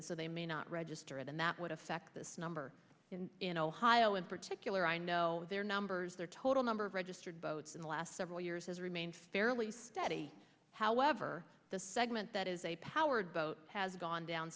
and so they may not register it and that would affect this number in ohio in particular i know their numbers their total number of registered boats in the last several years has remained fairly steady however the segment that is a powered boat has gone down